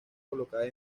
colocadas